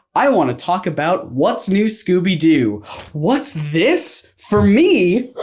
i wanna talk about what's new, scooby-doo? what's this, for me?